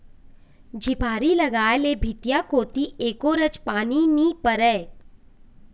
झिपारी लगाय ले भीतिया कोती एको रच पानी नी परय